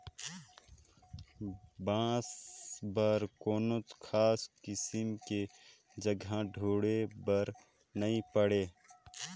बांस बर कोनो खास किसम के जघा ढूंढे बर नई पड़े